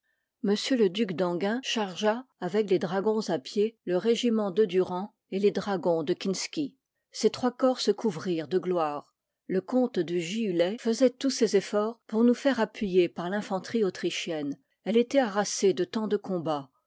m le duc d'enghien chargea avec les dragons à pied le régiment de durand et les dragons de kinski ces trois corps se couvrirent de gloire le comte de giulay faisoit tous ses efforts pour nous faire appuyer par l'infanterie autrichienne elle étoit harassée de tant de combats